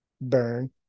burn